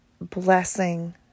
blessing